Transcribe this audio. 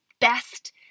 best